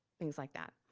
things like that.